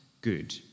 good